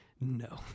no